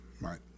Right